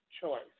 Choice